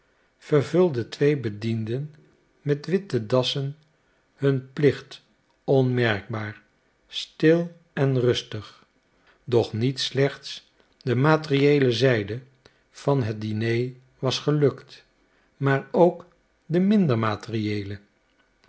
vervulden twee bedienden met witte dassen hun plicht onmerkbaar stil en rustig doch niet slechts de materiëele zijde van het diner was gelukt maar ook de minder materiëele